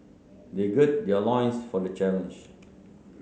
they gird their loins for the challenge